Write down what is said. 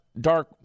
dark